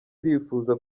irifuza